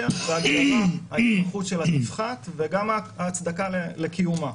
כך ההתמחות שלה תפחת וגם ההצדקה לקיומה.